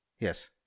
yes